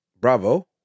Bravo